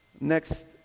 Next